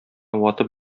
ватып